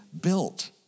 built